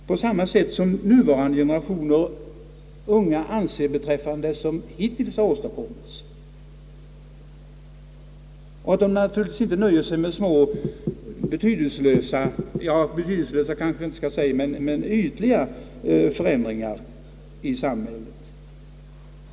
Den nya generationen nöjer sig inte med små och ytliga förändringar i samhället.